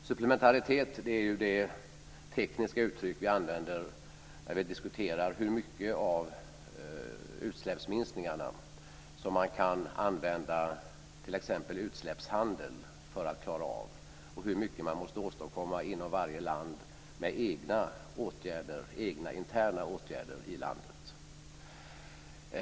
Supplementaritet är det tekniska uttryck vi använder när vi diskuterar hur mycket av utsläppsminskningarna som man kan använda i t.ex. utsläppshandel för att klara av sitt åtagande och hur mycket man måste åstadkomma inom varje land med egna interna åtgärder i landet.